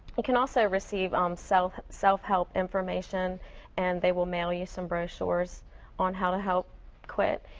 but can also receive um self-help self-help information and they will mail you some brochures on how to help quit,